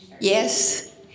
Yes